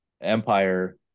Empire